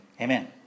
amen